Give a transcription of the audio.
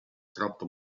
troppo